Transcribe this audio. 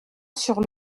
sur